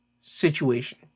situation